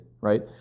right